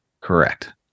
Correct